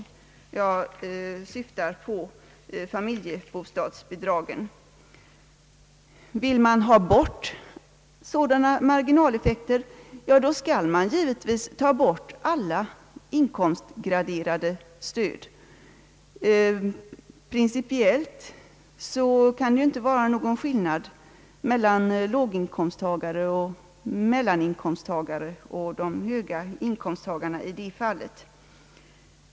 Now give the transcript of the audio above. Jag syftar på familjebostadsbidragen, Vill man ha bort sådana marginaleffekter skall man givetvis slopa allt inkomstgraderat stöd. Principiellt kan det ju inte vara någon skillnad mellan låginkomsttagare, mellaninkomsttagare och höginkomsttagare 1 det fallet.